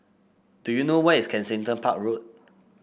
do you know where is Kensington Park Road